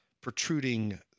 protruding